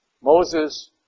Moses